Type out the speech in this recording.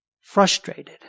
frustrated